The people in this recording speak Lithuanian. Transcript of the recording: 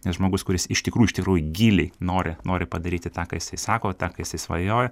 nes žmogus kuris iš tikrųjų iš tikrųjų gylį nori nori padaryti tą ką jisai sako tą ką jisai svajoja